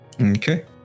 Okay